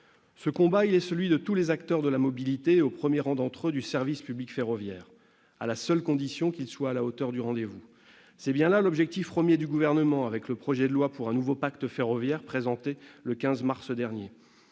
Ce combat est celui de tous les acteurs de la mobilité et, au premier rang d'entre eux, du service public ferroviaire, à la seule condition qu'il soit à la hauteur du rendez-vous. Tel est bien là l'objectif premier que poursuit le Gouvernement avec le projet de loi pour un nouveau pacte ferroviaire, présenté le 15 mars dernier.